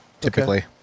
typically